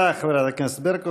תודה לחברת הכנסת ברקו.